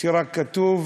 שרק כתוב